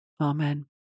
Amen